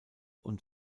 und